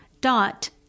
dot